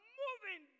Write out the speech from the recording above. moving